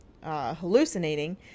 hallucinating